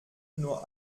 nur